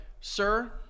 sir